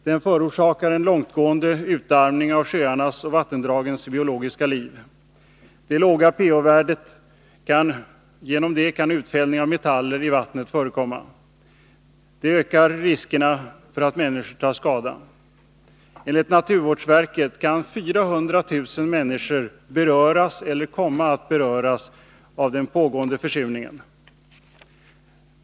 Den förorsakar en långtgående utarmning av sjöarnas och vattendragens biologiska liv. Vid låga pH-värden kan utfällning av metaller i vattnet förekomma. Detta ökar riskerna för att människor tar skada. Enligt naturvårdsverket kan 400000 människor beröras eller komma att beröras av den pågående försurningen.